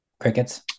Crickets